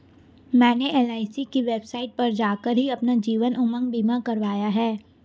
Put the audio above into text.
मैंने एल.आई.सी की वेबसाइट पर जाकर ही अपना जीवन उमंग बीमा करवाया है